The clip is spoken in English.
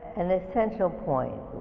an essential point,